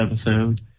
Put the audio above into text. episode